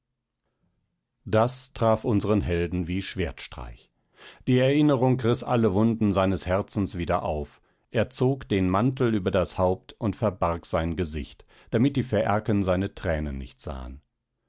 das traf unsern helden wie schwertstreich die erinnerung riß alle wunden seines herzens wieder auf er zog den mantel über das haupt und verbarg sein gesicht damit die phäaken seine thränen nicht sahen